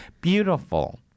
Beautiful